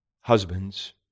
Husbands